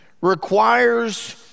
requires